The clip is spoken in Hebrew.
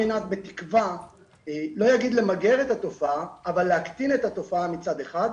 על מנת להקטין את התופעה מצד אחד,